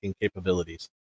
capabilities